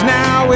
now